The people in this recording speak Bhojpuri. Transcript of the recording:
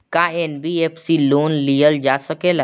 का एन.बी.एफ.सी से लोन लियल जा सकेला?